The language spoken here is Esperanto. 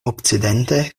okcidente